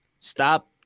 Stop